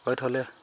weight হ'লে